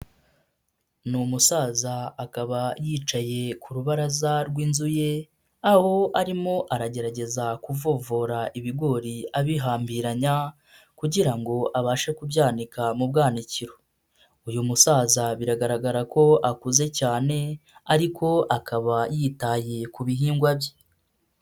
Ni umusaza akaba yicaye ku rubaraza rw'inzu ye, aho arimo aragerageza kuvovora ibigori abihambiranya kugira ngo abashe kubyanika mu bwanwanakiro. Uyu musaza biragaragara ko akuze cyane ariko akaba yitaye ku bihingwa bye.